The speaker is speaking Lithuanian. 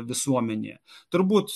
visuomenė turbūt